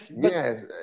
yes